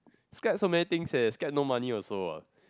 scared so many things leh scared no money also ah